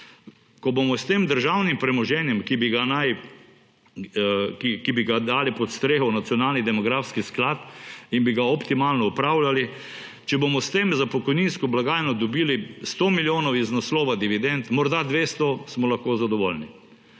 Ko bomo s tem državnim premoženjem, ki bi ga dali pod streho v nacionalni demografski sklad in bi ga optimalno upravljali, če bomo s tem za pokojninsko blagajno dobili 100 milijonov iz naslova dividend, morda 200, smo lahko zadovoljni.